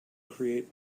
create